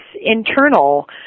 internal